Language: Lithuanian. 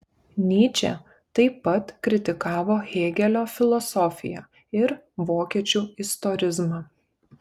nyčė taip pat kritikavo hėgelio filosofiją ir vokiečių istorizmą